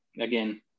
again